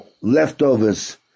leftovers